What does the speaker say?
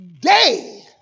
day